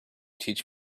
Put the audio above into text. teach